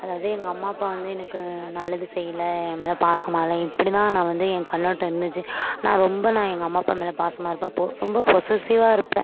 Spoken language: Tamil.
அதாவது எங்கள் அம்மா அப்பா வந்து எனக்கு நல்லது செய்யல ஏன் மேலே பாசமாக இல்லை இப்படிதான் நான் வந்து ஏன் கண்ணோட்டம் இருந்துச்சு நான் ரொம்ப நான் எங்கள் அம்மா அப்பா மேலே பாசமாக இருப்பேன் போ ரொம்ப பொசஸிவ்வாக இருப்பேன்